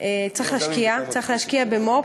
צריך להשקיע במו"פ,